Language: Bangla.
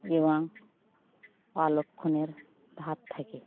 এবং অলক্ষণের ভাব থাকে